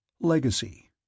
Legacy